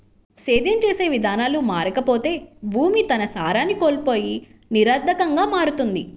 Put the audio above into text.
సేద్యం చేసే విధానాలు మారకపోతే భూమి తన సారాన్ని కోల్పోయి నిరర్థకంగా మారుతుంది